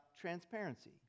transparency